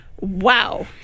wow